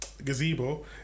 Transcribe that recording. gazebo